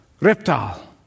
reptile